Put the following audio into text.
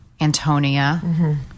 Antonia